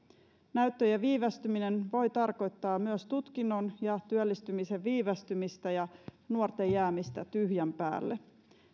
näyttöjen viivästyminen voi tarkoittaa myös tutkinnon ja työllistymisen viivästymistä ja nuorten jäämistä tyhjän päälle